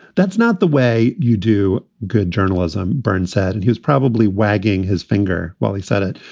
that's not the way you do good journalism, burns said. and he is probably wagging his finger while he said it.